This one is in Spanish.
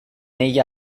ella